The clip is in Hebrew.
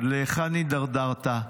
עד להיכן הידרדרת?